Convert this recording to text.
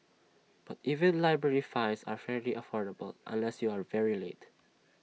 but even library fines are fairly affordable unless you are very late